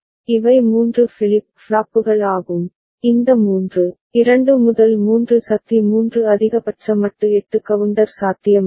இவை மூன்று ஃபிளிப் ஃப்ளாப்புகள் ஆகும் இந்த மூன்று 2 முதல் 3 சக்தி 3 அதிகபட்ச மட்டு 8 கவுண்டர் சாத்தியமாகும்